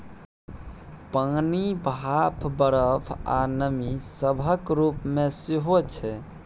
पानि, भाप, बरफ, आ नमी सभक रूप मे सेहो छै